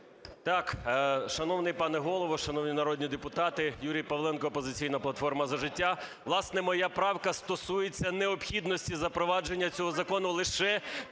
Так, шановний пане Голово, шановні народні депутати! Юрій Павленко, "Опозиційна платформа - За життя". Власне, моя правка стосується необхідності запровадження цього закону лише